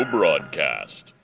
Broadcast